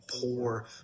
poor